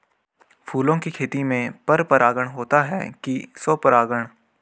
फूलों की खेती में पर परागण होता है कि स्वपरागण?